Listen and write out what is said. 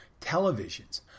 televisions